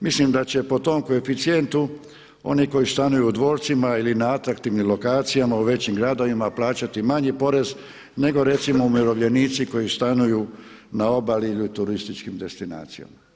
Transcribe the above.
Mislim da će po tom koeficijentu oni koji stanuju u dvorcima ili na atraktivnim lokacijama u većim gradovima plaćati manji porez, nego recimo umirovljenici koji stanuju na obali ili u turističkim destinacijama.